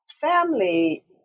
family